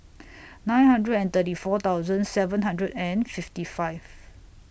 nine hundred and thirty four thousand seven hundred and fifty five